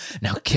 Now